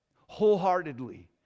wholeheartedly